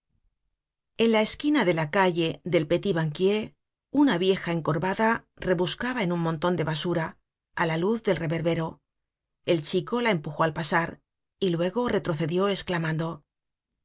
en la esquina de la calle del petit banquier una vieja encorvada rebuscaba en un monton de basura á la luz del reverbero el chico la empujó al pasar y luego retrocedió esclamando